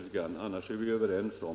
Men resultatet är vi överens om.